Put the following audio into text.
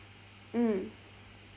mm